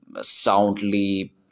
soundly